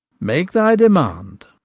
make thy demand.